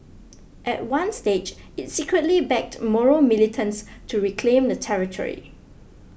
at one stage it secretly backed Moro militants to reclaim the territory